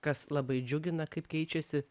kas labai džiugina kaip keičiasi